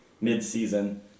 mid-season